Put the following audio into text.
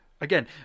again